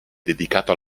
dedicato